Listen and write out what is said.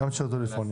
"שירות טלפוניה